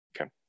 Okay